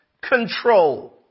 control